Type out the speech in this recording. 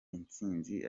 intsinzi